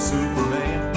Superman